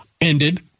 ended